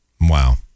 Wow